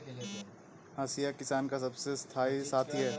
हंसिया किसान का सबसे स्थाई साथी है